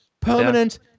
Permanent